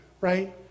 right